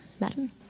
madam